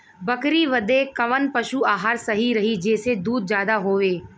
बकरी बदे कवन पशु आहार सही रही जेसे दूध ज्यादा होवे?